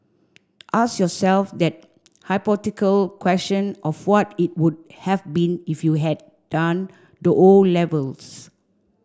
ask yourself that hypothetical question of what it would have been if you had done the O levels